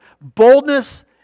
Boldness